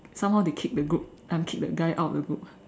somehow they kicked the group I mean kicked the guy out of the group